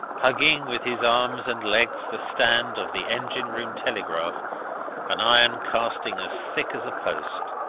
hugging with his arms and legs the stand of the engine-room telegraph an iron casting as thick as a post.